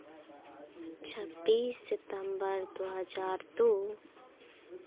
छब्बीस सितंबर दो हज़ार दो